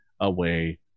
away